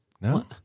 No